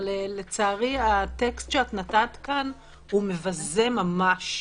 אבל לצערי הטקסט שאת נתת כאן הוא מבזה ממש.